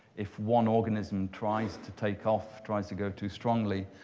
if one organism tries to takeoff, tries to go too strongly,